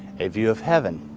a view of heaven.